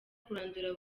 kurandura